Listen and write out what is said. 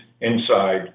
inside